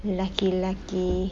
lelaki-lelaki